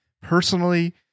personally